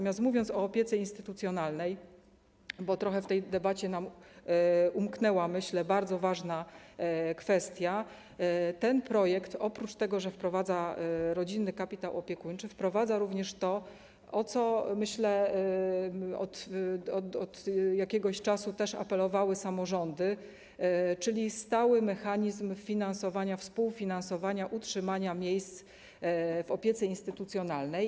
Mówiąc o opiece instytucjonalnej, chciałabym powiedzieć, że trochę w tej debacie nam umknęła bardzo ważna kwestia, że ten projekt, oprócz tego, że wprowadza rodzinny kapitał opiekuńczy, wprowadza również to, o co od jakiegoś czasu apelowały samorządy, czyli stały mechanizm finansowania, współfinansowania, utrzymania miejsc w opiece instytucjonalnej.